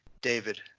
David